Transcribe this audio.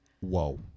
Whoa